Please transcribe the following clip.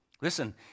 Listen